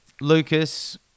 Lucas